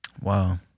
wow